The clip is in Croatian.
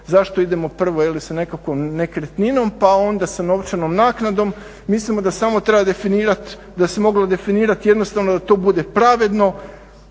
zašto idemo prvo sa nekakvom nekretninom pa onda sa novčanom naknadom. Mislimo da samo treba definirati, da se moglo definirati jednostavno da to bude pravedno,